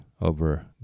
over